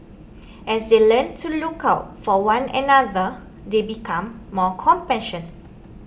as they learn to look out for one another they become more compassion